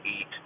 eat